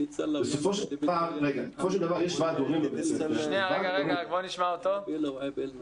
בסופו של דבר יש ועד הורים בבית הספר וועד ההורים